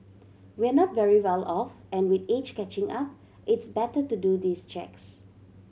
we're not very well off and with age catching up it's better to do these checks